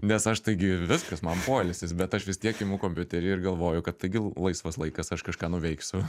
nes aš taigi viskas man poilsis bet aš vis tiek imu kompiuterį ir galvoju kad taigi laisvas laikas aš kažką nuveiksiu